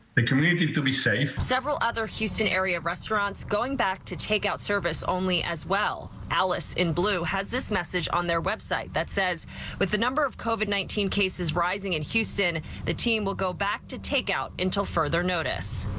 the community to be safe several other houston-area restaurants going back to take out service only as well alice in blue has this message on their website that says with the number of covid nineteen cases rising in houston the team will go back to take out until further notice.